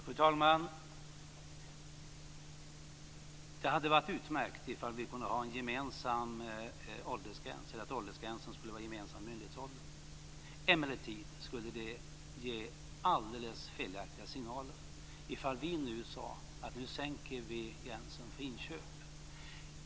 Fru talman! Det hade varit utmärkt om åldersgränsen i fråga om detta hade kunnat vara densamma som myndighetsåldern. Det skulle emellertid ge alldeles felaktiga signaler om vi nu sade att vi skulle sänka åldersgränsen för inköp.